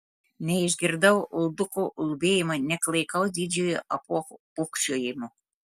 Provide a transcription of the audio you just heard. neišgirdau ulduko ulbėjimo nė klaikaus didžiojo apuoko ūkčiojimo